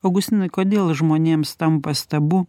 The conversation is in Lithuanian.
augustinai kodėl žmonėms tampa stabu